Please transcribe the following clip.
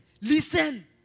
Listen